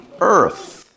earth